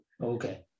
Okay